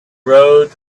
rode